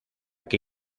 que